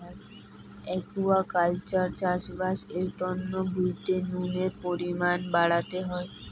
aquaculture চাষবাস এর তন্ন ভুঁইতে নুনের পরিমান বাড়াতে হই